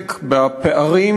שעוסק בפערים